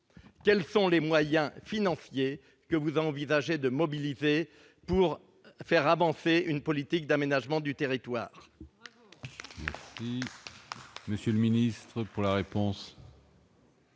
Quels sont les moyens financiers que vous envisagez de mobiliser pour faire avancer une politique d'aménagement du territoire ?